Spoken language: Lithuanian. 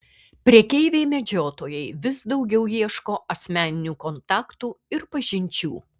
prekeiviai medžiotojai vis daugiau ieško asmeninių kontaktų ir pažinčių